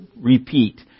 repeat